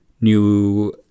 new